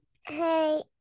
Hey